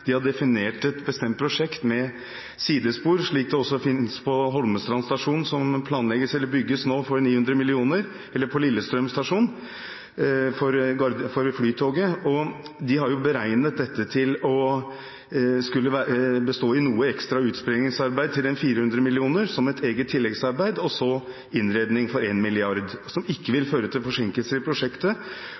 definert et bestemt prosjekt med sidespor. Et slikt finnes også på Holmestrand stasjon, som nå bygges for 900 mill. kr, og på Lillestrøm stasjon – for Flytoget. De har beregnet dette til å skulle bestå av noe ekstra utsprengningsarbeid til 400 mill. kr, som et eget tilleggsarbeid, og innredning for 1 mrd. kr. Dette vil ikke føre til forsinkelser i prosjektet